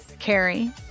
Carrie